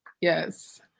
Yes